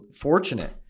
fortunate